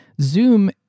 Zoom